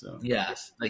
Yes